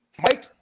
Mike